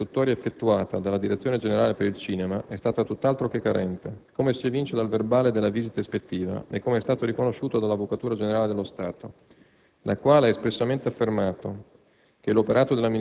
Quanto all'operato di questo Ministero, si rileva che l'istruttoria effettuata dalla direzione generale per il cinema è stata tutt'altro che carente, come si evince dal verbale della vista ispettiva e come è stato riconosciuto dall'Avvocatura generale dello Stato,